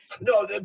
No